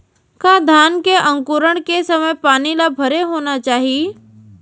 का धान के अंकुरण के समय पानी ल भरे होना चाही?